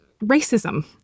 racism